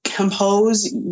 Compose